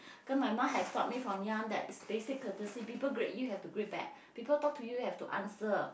cause my mum has taught me from young that basic courtesy people greet you have to greet back people talk to you have to answer